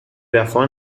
وفا